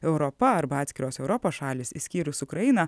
europa arba atskiros europos šalys išskyrus ukrainą